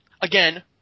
again